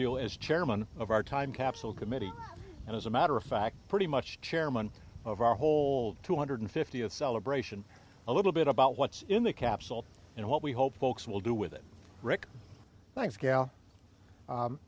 you as chairman of our time capsule committee and as a matter of fact pretty much chairman of our hold two hundred fiftieth celebration a little bit about what's in the capsule and what we hope folks will do with it rick